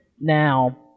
Now